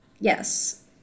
yes